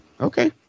Okay